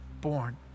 born